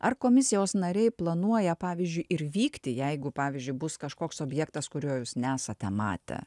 ar komisijos nariai planuoja pavyzdžiui ir vykti jeigu pavyzdžiui bus kažkoks objektas kurio jūs nesate matę